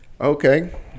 Okay